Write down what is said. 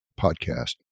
podcast